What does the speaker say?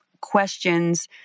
questions